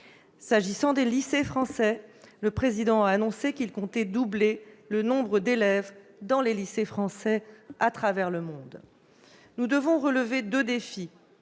qui est des lycées français, le chef de l'État a annoncé qu'il comptait doubler le nombre d'élèves dans ces établissements à travers le monde. Nous devons relever deux défis